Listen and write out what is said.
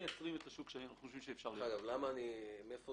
אמרת שיעלה לרשויות 110